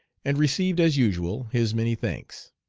and received as usual his many thanks.